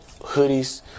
hoodies